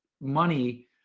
money